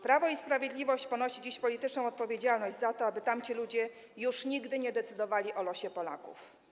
Prawo i Sprawiedliwość ponosi dziś polityczną odpowiedzialność za to, aby tamci ludzie już nigdy nie decydowali o losie Polaków.